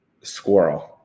Squirrel